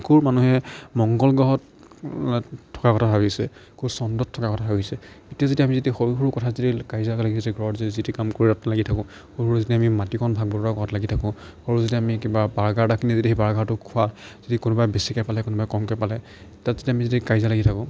ক'ৰ মানুহে মংগল গ্ৰহত থকাৰ কথা ভাবিছে ক'ৰ চন্দ্ৰত থকা কথা ভাবিছে এতিয়া যদি আমি যদি সৰু সৰু কথাত যদি কাজিয়া লাগিছে ঘৰত যদি যি তি কাম কৰাত লাগি থাকোঁ সৰু সৰু যদি আমি মাটিকণ ভাগ বতৰা কৰাত লাগি থাকোঁ সৰু যদি আমি কিবা বাৰ্গাৰ এটা কিনি যদি সেই বাৰ্গাৰটো খোৱা যদি কোনোবাই বেছিকৈ পালে কোনোবাই কমকৈ পালে তাত যদি আমি যদি কাজিয়া লাগি থাকোঁ